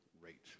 rate